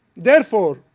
therefore,